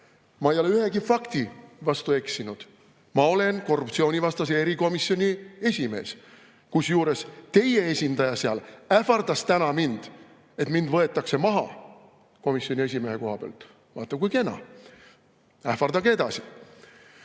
Ma ei ole ühegi fakti vastu eksinud. Ma olen korruptsioonivastase erikomisjoni esimees, kusjuures teie esindaja seal ähvardas mind täna, et mind võetakse komisjoni esimehe koha pealt maha. Vaata kui kena. Ähvardage edasi.